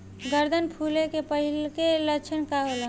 गर्दन फुले के पहिले के का लक्षण होला?